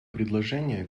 предложение